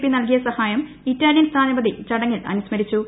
P നൽകിയ സഹായം Italian സ്ഥാനപതി ചടങ്ങിൽ അനുസ്മരിച്ചു